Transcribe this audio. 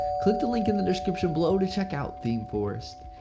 click the link in the description below to check out themeforest.